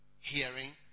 Hearing